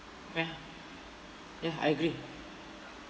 ya ya I agree